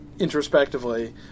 introspectively